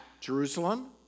Jerusalem